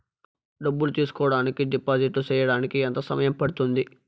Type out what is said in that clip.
డబ్బులు తీసుకోడానికి డిపాజిట్లు సేయడానికి ఎంత సమయం పడ్తుంది